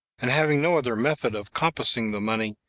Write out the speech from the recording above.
and having no other method of compassing the money,